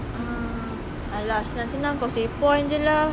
ah !alah! senang senang causeway point jer lah